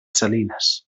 salines